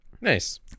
nice